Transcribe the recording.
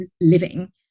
living